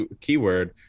keyword